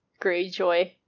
Greyjoy